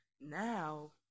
now